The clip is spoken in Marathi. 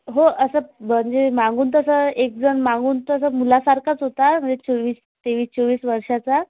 हो असं म्हणजे मागून तसा एकजण मागून तसा मुलासारखाच होता म्हणजे चोवीस तेवीस चोवीस वर्षाचा